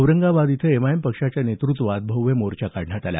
औरंगाबाद इथं एमआयएम पक्षाच्या नेतृत्वात भव्य मोर्चा काढण्यात आला